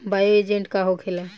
Bio agent का होखेला?